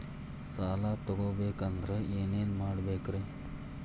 ಸಾಲ ತೊಗೋಬೇಕಂದ್ರ ಏನೇನ್ ಕೊಡಬೇಕ್ರಿ?